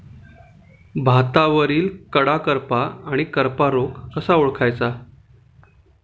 भातावरील कडा करपा आणि करपा रोग कसा ओळखायचा?